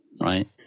right